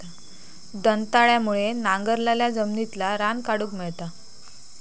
दंताळ्यामुळे नांगरलाल्या जमिनितला रान काढूक मेळता